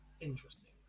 Interesting